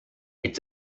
its